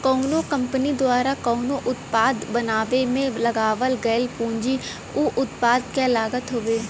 कउनो कंपनी द्वारा कउनो उत्पाद बनावे में लगावल गयल पूंजी उ उत्पाद क लागत हउवे